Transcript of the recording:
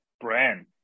brand